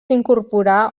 incorporar